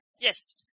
Yes